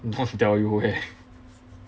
don't tell you where